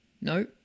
no